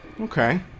Okay